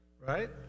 Right